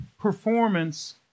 performance